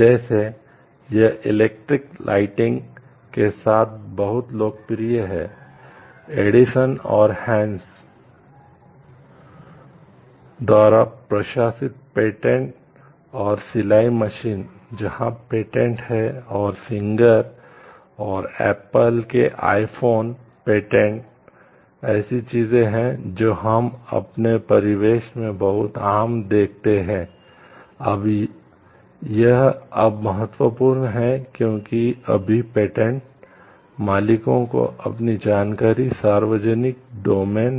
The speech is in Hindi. जैसे यह इलेक्ट्रिक लाइटिंग